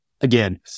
again